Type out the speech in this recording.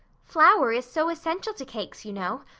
flour is so essential to cakes, you know.